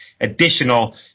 additional